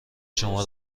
شما